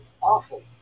awful